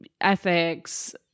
ethics